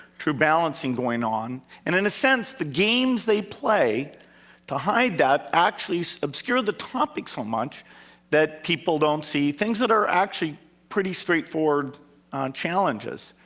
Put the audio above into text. true balancing going on, and in a sense, the games they play to hide that actually obscure the topic so much that people don't see things that are actually pretty straight-forward challenges.